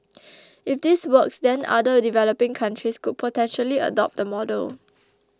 if this works then other developing countries could potentially adopt the model